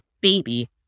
baby